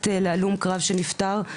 בת להלום קרב שנפטר.